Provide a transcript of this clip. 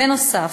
בנוסף,